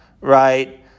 right